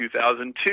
2002